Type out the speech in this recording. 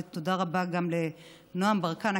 ותודה רבה גם לנעם ברקן,